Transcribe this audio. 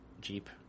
Jeep